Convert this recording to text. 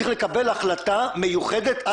צריך לקבל החלטה מיוחדת.